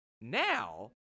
Now